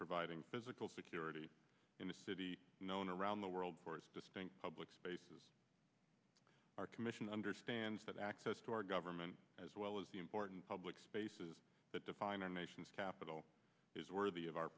providing physical security in a city known around the world for its distinct public spaces our commission understands that access to our government as well as the important public spaces that define our nation's capital is worthy of our